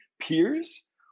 peers